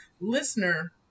listener